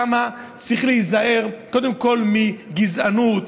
כמה צריך להיזהר קודם כול מגזענות.